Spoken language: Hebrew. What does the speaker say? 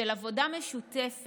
של עבודה משותפת